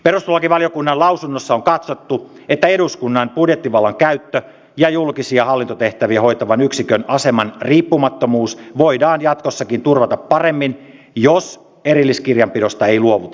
perustuslakivaliokunnan lausunnossa on katsottu että eduskunnan budjettivallan käyttö ja julkisia hallintotehtäviä hoitavan yksikön aseman riippumattomuus voidaan jatkossakin turvata paremmin jos erilliskirjanpidosta ei luovuta